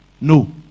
No